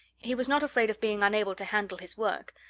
he was not afraid of being unable to handle his work.